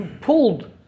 pulled